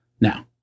Now